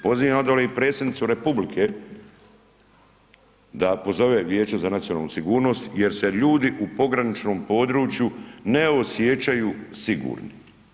Pozivam onda i predsjednicu republike da pozive Vijeće za nacionalnu sigurnost jer se ljudi u pograničnom području ne osjećaju sigurno.